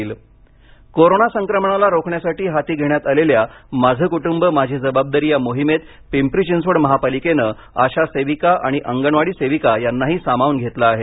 PCMC corona संक्रमणाला रोखण्यासाठी हाती घेण्यात आलेल्या माझं कुटुंब माझी जबाबदारी या मोहिमेत पिंपरी चिंचवड महापालिकेनेआशा सेविका आणि अंगणवाडी सेविका यांनाही सामावून घेतलं आहे